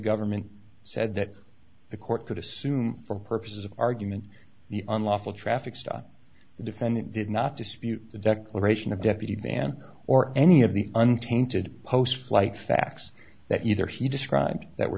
government said that the court could assume for purposes of argument the unlawful traffic stop the defendant did not dispute the declaration of deputy than or any of the untainted post flight facts that either he described that were